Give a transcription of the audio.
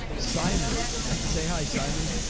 simon say hi, simon.